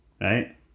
right